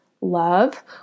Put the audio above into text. love